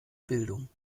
bildung